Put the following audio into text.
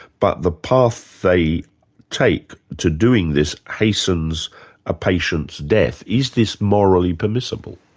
but the path they take to doing this hastens a patient's death, is this morally permissible?